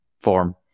form